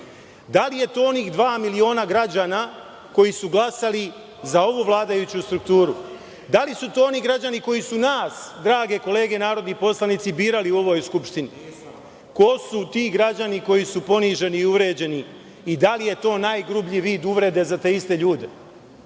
Da li je to onih dva miliona građana koji su glasali za ovu vladajuću strukturu? Da li su to oni građani koji su nas, drage kolege narodni poslanici, birali u ovoj Skupštini? Ko su ti građani koji su poniženi i uvređeni i da li je to najgrublji vid uvrede za te iste ljude?